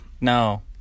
No